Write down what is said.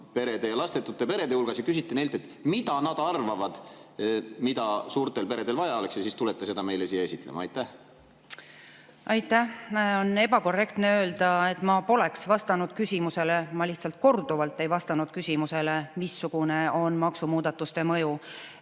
perede ja lastetute perede hulgas ja küsite neilt, mis nad arvavad, mida suurtel peredel vaja oleks, ja siis tulete seda meile siia esitlema. Aitäh! On ebakorrektne öelda, et ma pole vastanud küsimusele. Ma lihtsalt korduvalt ei vastanud küsimusele, missugune on maksumuudatuste mõju.